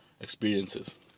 experiences